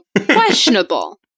questionable